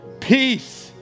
peace